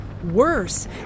Worse